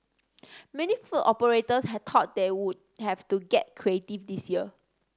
many food operators had thought they would have to get creative this year